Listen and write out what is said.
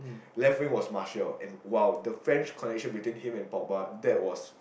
left wing was Marshall and !wow! the French connection between him and Pogba that was